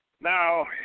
Now